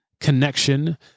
connection